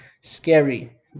scary